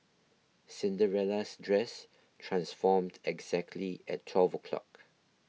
Cinderella's dress transformed exactly at twelve o'clock